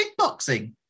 kickboxing